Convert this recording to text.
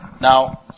Now